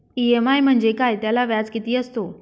EMI म्हणजे काय? त्याला व्याज किती असतो?